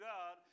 God